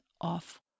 off